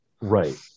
Right